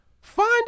find